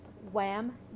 wham